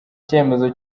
icyemezo